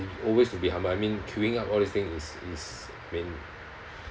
always be to humble I mean queuing up all these things is is I mean